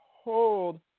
hold